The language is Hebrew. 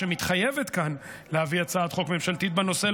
שמתחייבת כאן להביא הצעת חוק ממשלתית בנושא,